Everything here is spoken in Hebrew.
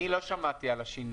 אני לא שמעתי על השינוי.